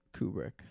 Kubrick